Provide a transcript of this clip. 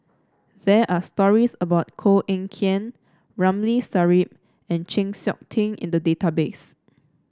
there are stories about Koh Eng Kian Ramli Sarip and Chng Seok Tin in the database